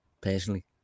personally